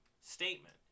statement